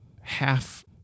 half